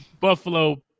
Buffalo